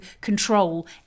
control